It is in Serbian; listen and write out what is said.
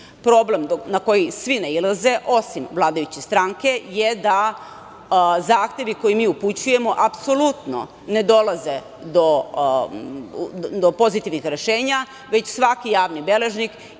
Problem na koji svi nailaze, osim vladajuće stranke, je da zahtevi koje mi upućujemo apsolutno ne dolaze do pozitivnih rešenja, već svaki javni beležnik ili